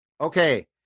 okay